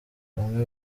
bamwe